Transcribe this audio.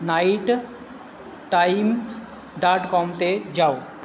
night times dot com 'ਤੇ ਜਾਓ